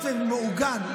היות שמעוגן,